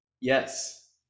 yes